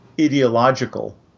ideological